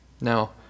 Now